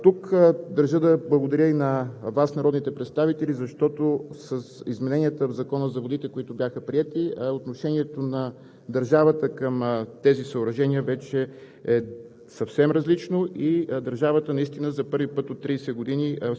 водата е коригирана към река Средецка. Тук държа да благодаря и на Вас – народните представители, защото с измененията в Закона за водите, които бяха приети, отношението на държавата към тези съоръжения вече е съвсем